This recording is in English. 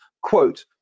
quote